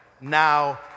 now